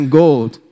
gold